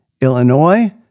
Illinois